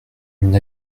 une